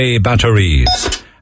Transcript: batteries